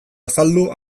azaldu